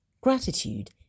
Gratitude